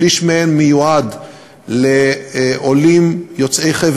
שליש מהן מיועדות לעולים יוצאי חבר